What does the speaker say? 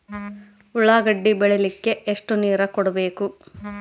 ಉಳ್ಳಾಗಡ್ಡಿ ಬೆಳಿಲಿಕ್ಕೆ ಎಷ್ಟು ನೇರ ಕೊಡಬೇಕು?